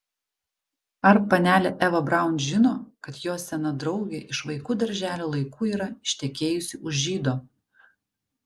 ar panelė eva braun žino kad jos sena draugė iš vaikų darželio laikų yra ištekėjusi už žydo